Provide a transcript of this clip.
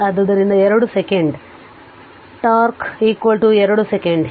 ಆದ್ದರಿಂದ 2 second τ 2 second